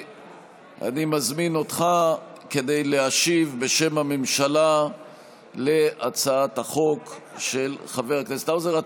אני מזמין אותך כדי להשיב בשם הממשלה על הצעת החוק של חבר הכנסת האוזר.